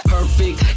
Perfect